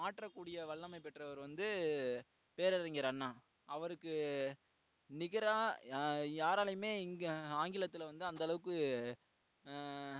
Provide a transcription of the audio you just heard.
மாற்றக்கூடிய வல்லமை பெற்றவர் வந்து பேரறிஞர் அண்ணா அவருக்கு நிகராக யாராலேயுமே இங்கே ஆங்கிலத்தில் வந்து அந்தளவுக்கு